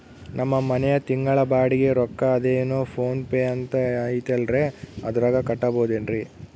ನಮ್ಮ ಮನೆಯ ತಿಂಗಳ ಬಾಡಿಗೆ ರೊಕ್ಕ ಅದೇನೋ ಪೋನ್ ಪೇ ಅಂತಾ ಐತಲ್ರೇ ಅದರಾಗ ಕಟ್ಟಬಹುದೇನ್ರಿ?